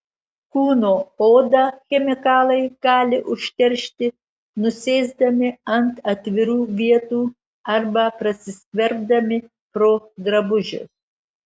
kūno odą chemikalai gali užteršti nusėsdami ant atvirų vietų arba prasiskverbdami pro drabužius